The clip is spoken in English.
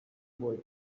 boy